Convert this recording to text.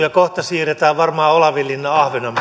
ja kohta siirretään varmaan olavinlinna